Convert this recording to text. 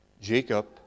Jacob